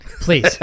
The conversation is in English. Please